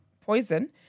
poison